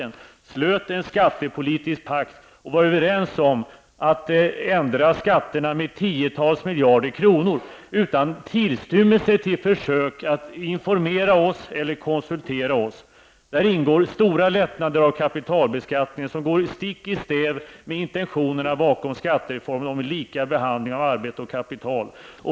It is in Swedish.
De slöt en skattepolitisk pakt och kom överens om att ändra skatterna med tiotals miljarder kronor utan någon tillstymmelse till försök att informera eller konsultera oss. I uppgörelsen ingår stora lättnader i kapitalbeskattning, något som går stick i stäv mot intentionerna i skattereformen om lika behandling av arbete och kapital.